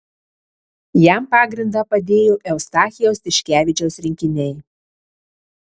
jam pagrindą padėjo eustachijaus tiškevičiaus rinkiniai